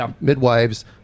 midwives